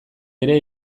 ere